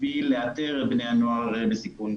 בשביל לאתר את בני הנוער בסיכון.